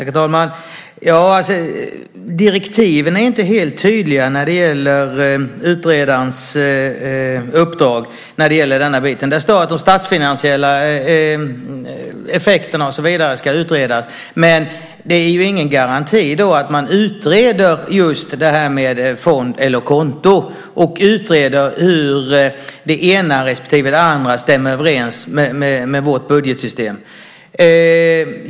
Herr talman! Direktiven är inte helt tydliga när det gäller utredarens uppdrag. Det står att de statsfinansiella effekterna och så vidare ska utredas, men det finns ingen garanti för att man utreder just det här med fond eller konto och hur det ena respektive det andra stämmer överens med vårt budgetsystem.